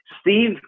Steve